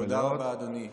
תודה רבה, אדוני היושב-ראש.